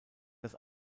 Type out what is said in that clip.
das